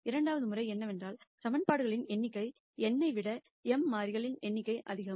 இரண்டாவது முறை என்னவென்றால் ஈகிவேஷன்கள்களின் எண்ணிக்கை n ஐ விட m மாறிகள் எண்ணிக்கையை அதிகம்